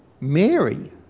Mary